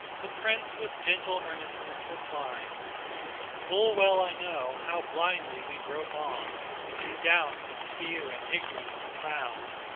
the prince with gentle earnestness replied full well i know how blindly we grope on in doubt and fear and ignorance profound,